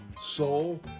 soul